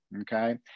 okay